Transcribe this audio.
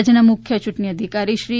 રાજ્યના મુખ્ય યૂંટણી અધિકારી શ્રી એસ